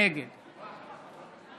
נגד